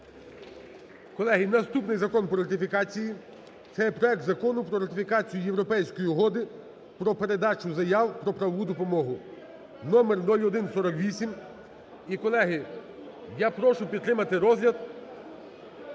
Колеги, наступний закон по ратифікації це є проект Закону про ратифікацію Європейської угоди про передачу заяв про правову допомогу (номер 0148). І, колеги, я прошу підтримати розгляд…